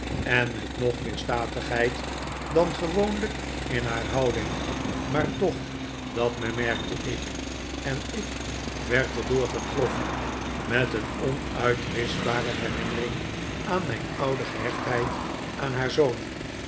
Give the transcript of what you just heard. en met nog meer statigheid dan gewoonlijk in haar houding maar toch dat bemerkte ik en ik werd er door getroffen met een onuitwischbare herinnering aan mijn oude gehechtheid aan haar zoon